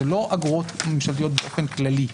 זה לא אגרות ממשלתיות באופן כללי,